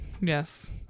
Yes